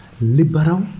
liberal